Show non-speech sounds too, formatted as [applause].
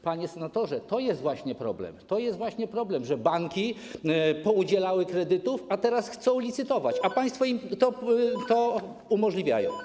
Panie senatorze, to jest właśnie problem - to jest właśnie problem, że [noise] banki poudzielały kredytów, teraz chcą licytować, a państwo im to umożliwiają.